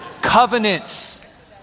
Covenants